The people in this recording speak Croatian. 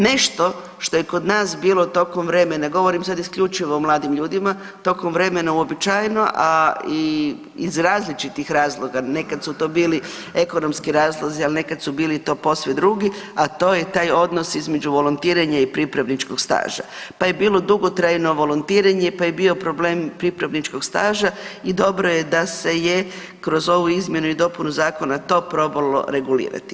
Nešto što je kod nas bilo tokom vremena, govorim sad isključivo o mladim ljudima, tokom vremena uobičajeno, a i iz različitih razloga, nekad su to bili ekonomski razlozi, a nekad su bili to posve drugi, a to je taj odnos između volontiranja i pripravničkog staža pa je bilo dugotrajno volontiranje, pa je bio problem pripravničkog staža i dobro je da se je kroz ovu Izmjenu i dopunu zakona to probalo regulirati.